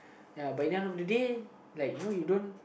ya but at the end of the day lie you know you don't